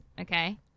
okay